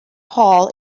hall